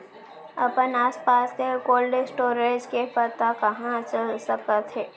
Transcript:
अपन आसपास के कोल्ड स्टोरेज के पता कहाँ चल सकत हे?